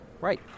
Right